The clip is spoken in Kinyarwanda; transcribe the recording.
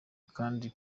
kandi